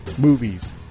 movies